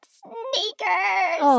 sneakers